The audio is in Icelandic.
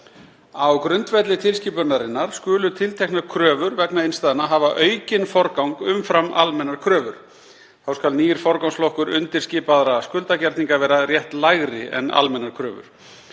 Á grundvelli tilskipunarinnar skulu tilteknar kröfur vegna innstæðna hafa aukinn forgang umfram almennar kröfur. Þá skal nýr forgangsflokkur undirskipaðra skuldagerninga vera réttlægri en almennar kröfur.